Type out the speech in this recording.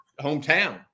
hometown